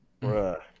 Bruh